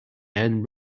and